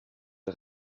der